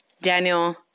Daniel